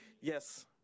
Yes